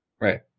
Right